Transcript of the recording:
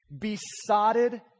besotted